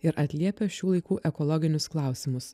ir atliepia šių laikų ekologinius klausimus